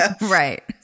Right